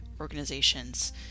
organizations